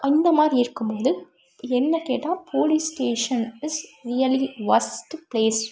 அந்தமாதிரி இருக்கும்போது என்னை கேட்டால் police station is really worst place